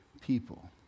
people